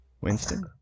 Winston